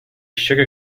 sugar